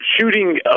shooting